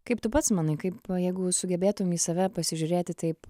kaip tu pats manai kaip jeigu sugebėtum į save pasižiūrėti taip